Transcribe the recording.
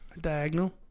Diagonal